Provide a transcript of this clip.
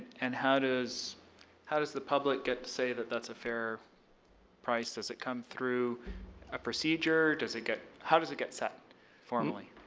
and how does how does the public get to say that that's a fair price? does it come through a procedure? does it get how does it get set formally?